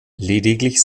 lediglich